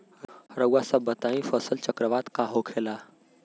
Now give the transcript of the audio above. रउआ सभ बताई फसल चक्रवात का होखेला?